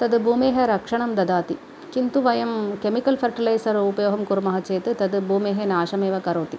तत् भूमेः रक्षणं ददाति किन्तु वयं केमिकल् फ़र्टिलैजर् उपयोगं कुर्मः चेत् तत् भूमेः नाशमेव करोति